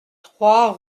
trois